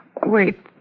Wait